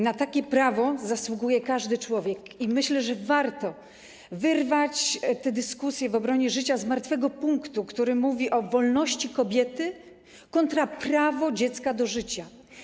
Na takie prawo zasługuje każdy człowiek i myślę, że warto wyrwać tę dyskusję w obronie życia z martwego punktu, który mówi o wolności kobiety w kontrze do prawa dziecka do życia.